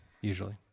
usually